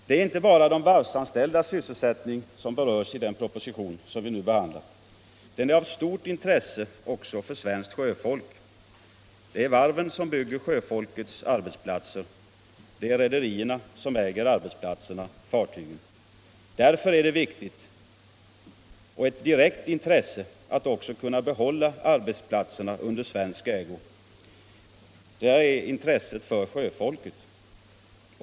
Det är inte bara de varvsanställdas sysselsättning som berörs av den propositionen som vi nu behandlar. Den är av stort intresse också för svenskt sjöfolk. Det är varven som bygger sjöfolkets arbetsplatser. Det är rederierna som äger arbetsplatserna — fartygen. Därför är det viktigt, att också kunna behålla arbetsplatserna i svensk ägo. Där ligger intresset för sjöfolket.